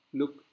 look